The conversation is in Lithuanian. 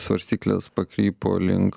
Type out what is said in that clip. svarstyklės pakrypo link